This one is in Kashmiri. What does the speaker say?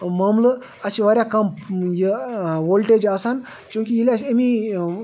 معاملہٕ اَسہِ چھِ واریاہ کم یہِ وولٹیج آسان چوٗنٛکہ ییٚلہِ اَسہِ أمی